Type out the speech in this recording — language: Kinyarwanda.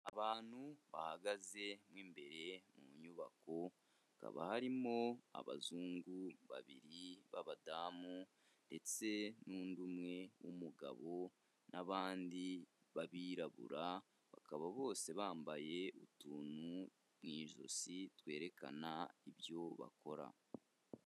Abantu bahagaze mo imbere mu nyubako, hakaba harimo abazungu babiri b'abadamu ndetse n'undi umwe w'umugabo n'abandi b'abirabura, bakaba bose bambaye utuntu mu ijosi twerekana ibyo bakora.